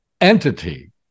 entity